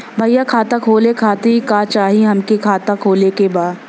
भईया खाता खोले खातिर का चाही हमके खाता खोले के बा?